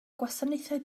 gwasanaethau